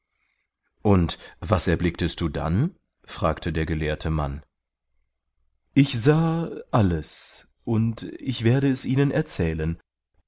und was erblicktest du dann fragte der gelehrte mann ich sah alles und ich werde es ihnen erzählen